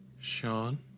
Sean